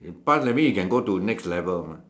pass that means you can go to next level mah